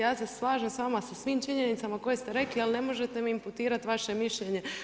Ja se slažem s vama sa svim činjenicama koje ste rekli, ali ne možete mi imputirati vaše mišljenje.